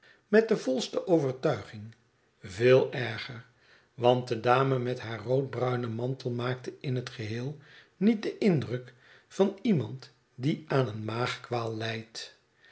met de volste overtuiging veel erger want de dame met haar roodbruinen mantel maakte in het geheel niet den indruk van iemand die aan een maagkwaal lijdt